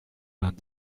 vingt